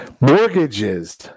Mortgages